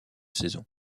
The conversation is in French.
saison